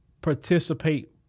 participate